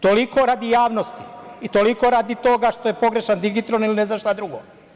Toliko radi javnosti i toliko radi toga što je pogrešan digitron ili ne znam šta drugo.